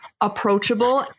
approachable